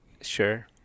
sure